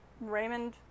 Raymond